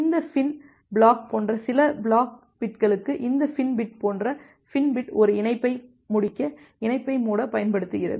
இந்த FIN block போன்ற சில பிளாக் பிட்களுக்கு இந்த FIN பிட் போன்ற FIN பிட் ஒரு இணைப்பை முடிக்க இணைப்பை மூட பயன்படுகிறது